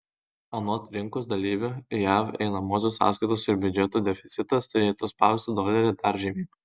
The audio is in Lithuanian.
anot rinkos dalyvių jav einamosios sąskaitos ir biudžeto deficitas turėtų spausti dolerį dar žemyn